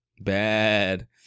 Bad